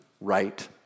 right